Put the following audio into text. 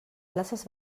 places